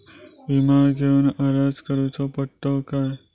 विमा घेउक अर्ज करुचो पडता काय?